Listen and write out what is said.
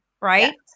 right